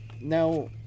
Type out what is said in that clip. now